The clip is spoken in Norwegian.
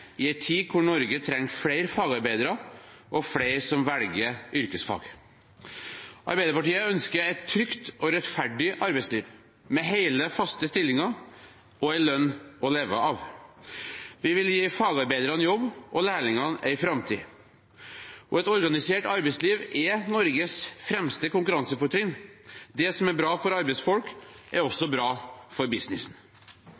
i en tid hvor Norge trenger flere fagarbeidere og flere som velger yrkesfag. Arbeiderpartiet ønsker et trygt og rettferdig arbeidsliv, med hele, faste stillinger og en lønn å leve av. Vi vil gi fagarbeiderne jobb og lærlingene en framtid. Et organisert arbeidsliv er Norges fremste konkurransefortrinn. Det som er bra for arbeidsfolk, er